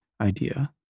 idea